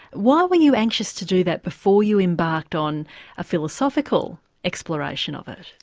why were you anxious to do that before you embarked on a philosophical exploration of it?